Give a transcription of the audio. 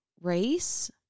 race